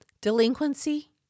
delinquency